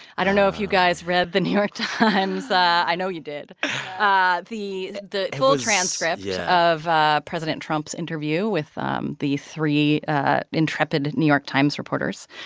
i don't know if you guys read the new york times. i know you did ah the the full transcript yeah of ah president trump's interview with um the three intrepid new york times reporters,